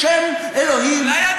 בשם אלוהים,